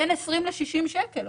בין 20 ל-60 שקלים.